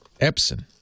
Epson